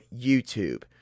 YouTube